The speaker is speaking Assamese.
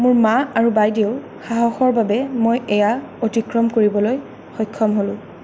মোৰ মাঁ আৰু বাইদেউ সাহসৰ বাবে মই এইয়া অতিক্ৰম কৰিবলৈ সক্ষম হ'লো